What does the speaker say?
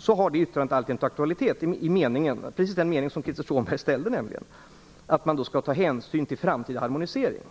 - har yttrandet alltjämt aktualitet precis i den mening som Krister Skånberg åsyftade, att man skall ta hänsyn till framtida harmonisering.